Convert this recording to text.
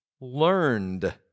learned